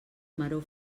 maror